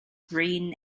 green